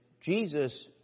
Jesus